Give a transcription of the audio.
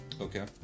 Okay